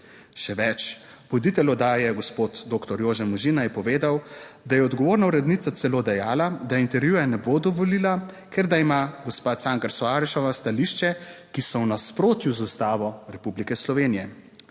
Še več, voditelj oddaje gospod doktor Jože Možina je povedal, da je odgovorna urednica celo dejala, da intervjuja ne bo dovolila, ker da ima gospa Cankar Soaroseva stališče, ki so v nasprotju z Ustavo Republike Slovenije.